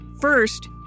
First